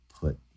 put